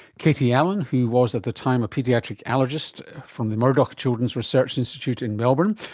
katie allen who was at the time a paediatric allergist from the murdoch children's research institute in melbourne,